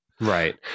Right